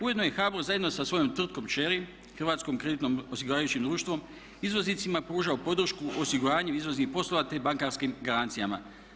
Ujedno je HBOR zajedno sa svojom tvrtkom kćeri Hrvatskim kreditnim osiguravajućim društvom izvoznicima pružao podršku u osiguranju izvoznih poslova, te bankarskim garancijama.